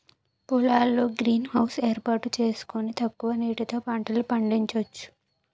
పొలాల్లో greenhouse ఏర్పాటు సేసుకొని తక్కువ నీటితో పంటలు పండించొచ్చు